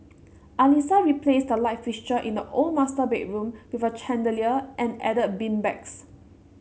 Alissa replaced the light fixture in the old master bedroom with a chandelier and added beanbags